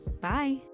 Bye